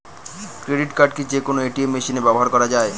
Credit card কি যে কোনো এ.টি.এম মেশিনে ব্যবহার করা য়ায়?